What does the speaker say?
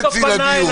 אף אחד לא פנה אליי.